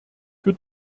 für